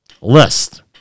list